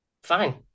fine